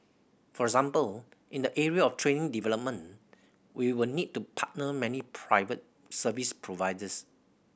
for example in the area of training development we will need to partner many private service providers